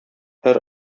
һәр